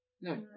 No